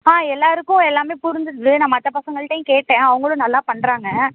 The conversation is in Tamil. ஆ எல்லாருக்கும் எல்லாமே புரிஞ்சுது நான் மற்ற பசங்கள்ட்டேயும் கேட்டேன் அவங்களும் நல்லா பண்ணுறாங்க